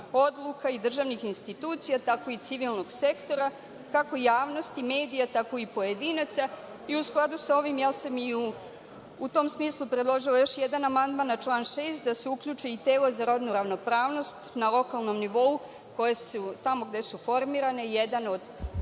odluka i državnih institucija, tako i civilnog sektora, kako javnosti, medija, tako i pojedinaca i u skladu sa ovim ja sam i u tom smislu predložila još jedan amandman na član 6. da se uključe i tela za rodnu ravnopravnost na lokalnom nivou tamo gde su formirane… **Maja